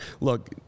Look